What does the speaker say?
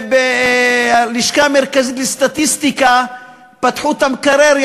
ובלשכה המרכזית לסטטיסטיקה פתחו את המקרר,